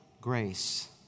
grace